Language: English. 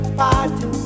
party